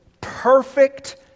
perfect